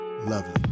lovely